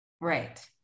Right